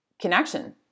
connection